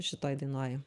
šitoj dainoj